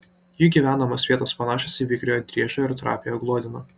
jų gyvenamos vietos panašios į vikriojo driežo ir trapiojo gluodeno